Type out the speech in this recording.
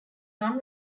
non